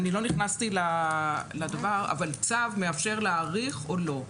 אני לא נכנסתי לדבר, אבל צו מאפשר להאריך או לא.